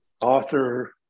author